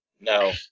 No